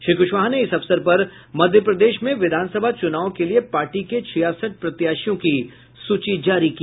श्री कुशवाहा ने इस अवसर पर मध्य प्रदेश में विधान सभा चुनाव के लिए पार्टी के छियासठ प्रत्याशियों की सूची जारी की